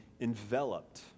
enveloped